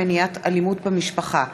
הצעת חוק למניעת אלימות במשפחה (תיקון,